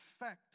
effect